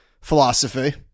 philosophy